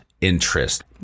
interest